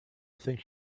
think